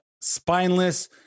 spineless